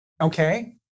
Okay